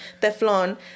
Teflon